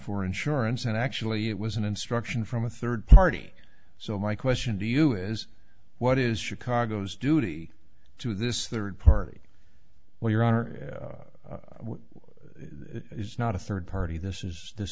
for insurance and actually it was an instruction from a third party so my question to you is what is chicago's duty to this third party while your honor is not a third party this is this